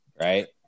Right